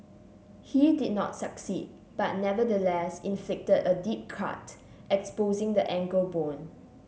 he did not succeed but nevertheless inflicted a deep cut exposing the ankle bone